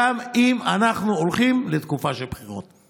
גם אם אנחנו הולכים לתקופה של בחירות.